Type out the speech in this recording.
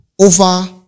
over